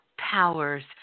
powers